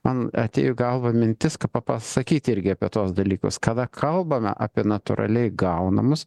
man atėjo į galvą mintis ka pa pasakyt irgi apie tuos dalykus kada kalbame apie natūraliai gaunamus